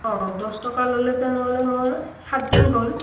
অঁ দহ টকা ল'লে তেনহ'লে মই সাতদিন হ'ল